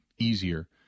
easier